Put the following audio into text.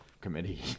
committee